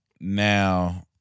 now